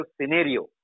scenario